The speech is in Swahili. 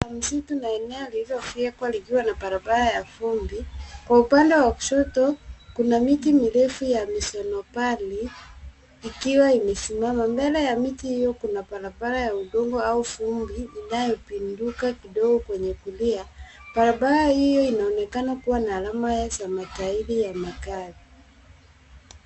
Msitu na eneo lililofyekwa likiwa na barabara ya vumbi. Kwa upande wa kushoto kuna miti mirefu ya misonopali ikiwa imesimama. Mbele ya miti hio kuna barabara ya udongo au vumbi inayopinduka kidogo kwenye kulia. Barabara hio inaonekana kuwa na alama ya samataidi ya magari.